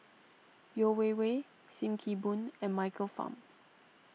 Yeo Wei Wei Sim Kee Boon and Michael Fam